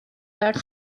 back